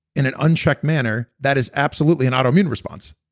in an unchecked manner that is absolutely an autoimmune response.